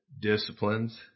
disciplines